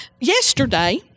Yesterday